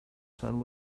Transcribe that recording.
son